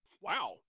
Wow